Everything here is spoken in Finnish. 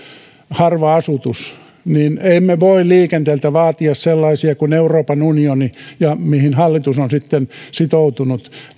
harva asutus niin emme voi liikenteeltä vaatia sellaisia ponnistuksia kuin euroopan unioni ja mihin hallitus on sitten sitoutunut